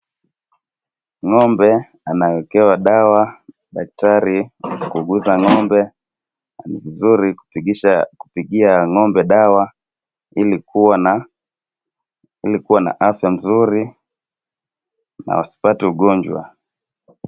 Ng'ombe anawekewa dawa, daktari kuguza ng'ombe na ni vizuri kupigia ng'ombe dawa ili kuwa na afya mzuri na wasipate ugonjwa.